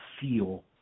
feel